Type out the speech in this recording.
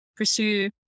Pursue